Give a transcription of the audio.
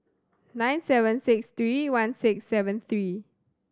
nine seven six three one six seven three